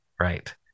right